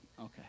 Okay